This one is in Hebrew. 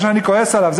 ואני כועס עליו,